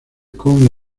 con